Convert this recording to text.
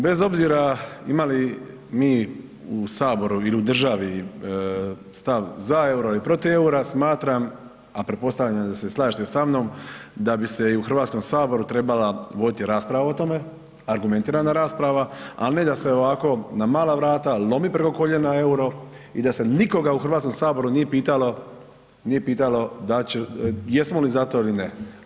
Bez obzira imali mi u Saboru ili u državi stav za euro ili protiv eura smatram, a pretpostavljam da se slažete samnom da bi se i u Hrvatskom saboru trebala voditi rasprava o tome argumentirana rasprava, ali ne da se ovako na mala vrata lomi preko koljena euro i da se nikoga u Hrvatskom saboru nije pitalo jesmo li za to ili ne.